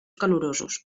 calorosos